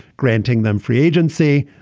granting them free agency.